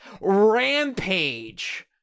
Rampage